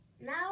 Now